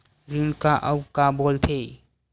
ऋण का अउ का बोल थे?